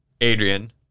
Adrian